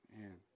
Man